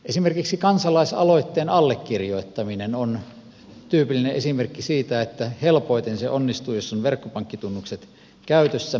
esimerkiksi kansalaisaloitteen allekirjoittaminen on tyypillinen esimerkki siitä että helpoiten se onnistuu jos on verkkopankkitunnukset käytössä